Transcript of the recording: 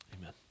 Amen